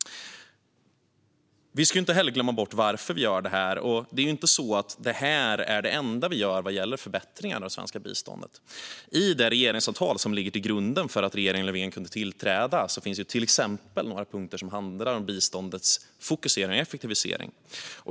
Vi ska inte glömma bort varför vi gör detta. Detta är inte heller det enda vi gör vad gäller förbättringar av det svenska biståndet. I det regeringsavtal som ligger till grund för att regeringen Löfven kunde tillträda finns till exempel några punkter som handlar om biståndets fokusering och effektivisering.